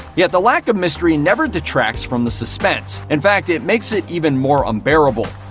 yet the lack of mystery never detracts from the suspense. in fact, it makes it even more unbearable.